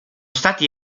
stati